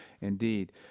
indeed